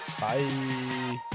Bye